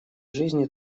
жизни